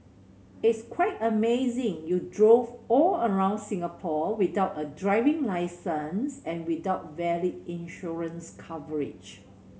it's quite amazing you drove all around Singapore without a driving licence and without valid insurance coverage